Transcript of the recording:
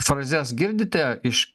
frazes girdite iš